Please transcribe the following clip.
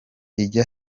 ijya